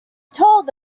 told